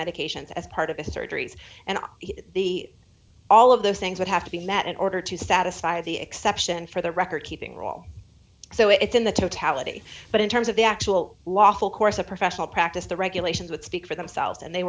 medications as part of the surgeries and the all of those things would have to be met in order to satisfy the exception for the record keeping role so it's in the totality but in terms of the actual lawful course of professional practice the regulations would speak for themselves and they